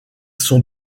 son